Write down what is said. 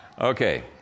Okay